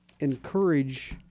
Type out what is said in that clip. encourage